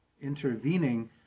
intervening